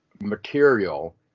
material